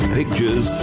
pictures